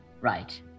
Right